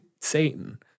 Satan